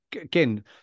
Again